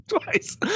Twice